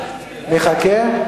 חכה,